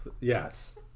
yes